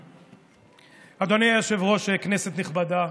אדוני היושב-ראש, כנסת נכבדה,